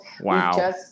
Wow